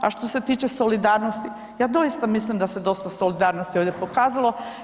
A što se tiče solidarnosti, ja doista mislim da se dosta solidarnosti ovdje pokazalo.